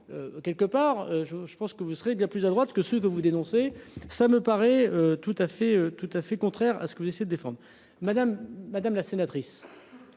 Quelque part je pense que vous serez bien plus à droite que ce que vous dénoncez. Ça me paraît tout à fait, tout à fait contraire à ce que vous essayez de défendre madame madame la sénatrice.